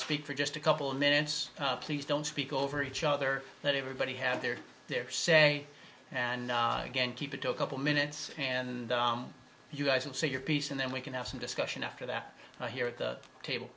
speak for just a couple minutes please don't speak over each other let everybody have their their say and again keep it to a couple minutes and you guys and say your piece and then we can have some discussion after that here at the table